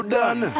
done